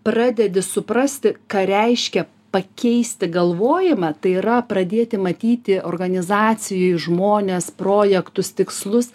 pradedi suprasti ką reiškia pakeisti galvojimą tai yra pradėti matyti organizacijoj žmones projektus tikslus